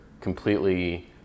completely